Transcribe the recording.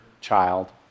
child